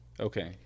okay